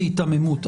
זו היתממות.